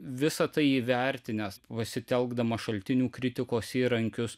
visa tai įvertinęs pasitelkdamas šaltinių kritikos įrankius